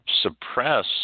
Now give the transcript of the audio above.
suppress